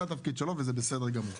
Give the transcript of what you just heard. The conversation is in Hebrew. זה התפקיד שלו, זה בסדר גמור.